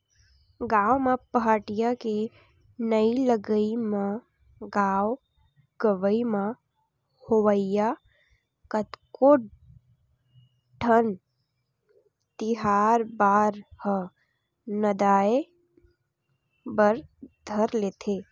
गाँव म पहाटिया के नइ लगई म गाँव गंवई म होवइया कतको ठन तिहार बार ह नंदाय बर धर लेथे